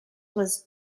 was